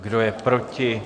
Kdo je proti?